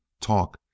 Talk